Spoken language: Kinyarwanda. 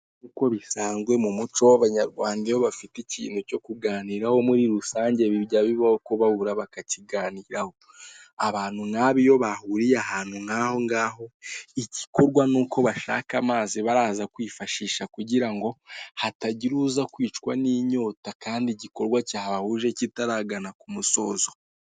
Nk'uko bisanzwe mu muco w'abanyarwanda iyo bafite ikintu cyo kuganiraho muri rusange bijya bibaho ko bahura bakakiganiraho. Abantu nk'aba iyo bahuriye ahantu nk'aho ngaho, igikorwa ni uko bashaka amazi baraza kwifashisha kugira ngo hatagira uza kwicwa n'inyota kandi igikorwa cyahahuje kitaragana ku musozo.